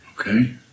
Okay